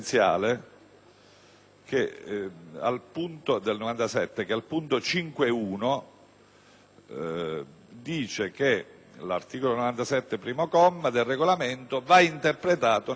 che, al punto 5.1, prevede che l'articolo 97, comma 1, del Regolamento va interpretato nel senso